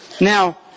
Now